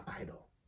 idol